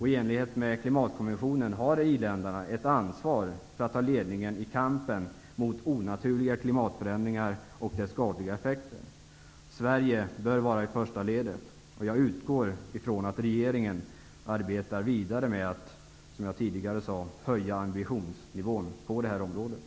I enlighet med klimatkonventionen har i-länderna ett ansvar för att ta ledningen i kampen mot onaturliga klimatförändringar och deras skadliga effekter. Svergie bör vara i första ledet. Jag utgår ifrån att regeringen arbetar vidare med att, som jag tidigare sade, höja ambitionsnivån på det här området.